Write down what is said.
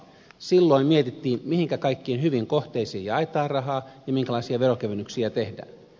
silloin mietittiin mihin kaikkiin hyviin kohteisiin jaetaan rahaa ja minkälaisia veronkevennyksiä tehdään